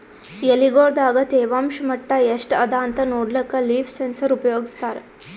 ಎಲಿಗೊಳ್ ದಾಗ ತೇವಾಂಷ್ ಮಟ್ಟಾ ಎಷ್ಟ್ ಅದಾಂತ ನೋಡ್ಲಕ್ಕ ಲೀಫ್ ಸೆನ್ಸರ್ ಉಪಯೋಗಸ್ತಾರ